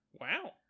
Wow